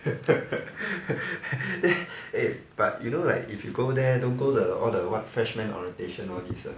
eh eh but you know like if you go there don't go the all the what freshman orientation all these ah